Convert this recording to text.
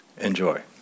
Enjoy